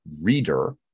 reader